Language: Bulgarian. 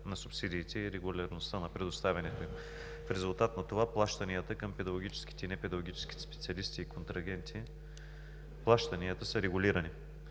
на субсидиите и регулярността на предоставянето им. В резултат на това плащанията към педагогическите и непедагогическите специалисти и контрагенти са регулирани.